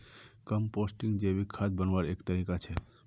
composting जैविक खाद बन्वार एक तरीका छे